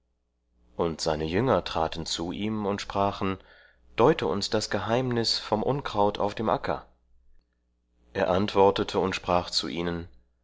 und seine jünger traten zu ihm und sprachen deute uns das geheimnis vom unkraut auf dem acker er antwortete und sprach zu ihnen